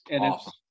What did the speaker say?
Awesome